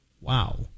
Wow